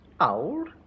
Old